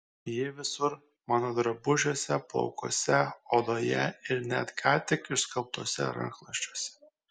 ji visur mano drabužiuose plaukuose odoje ir net ką tik išskalbtuose rankšluosčiuose